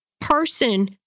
person